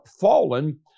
fallen